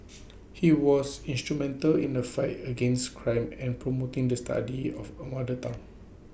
he was instrumental in the fight against crime and promoting the study of A mother tongue